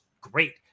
great